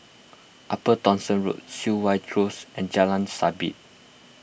Upper Thomson Road Siok Wan Close and Jalan Sabit